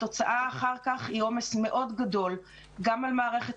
התוצאה אחר כך היא עומס מאוד גדול גם על מערכת